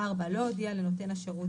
לא הודיע לנותן השירות,